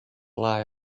lie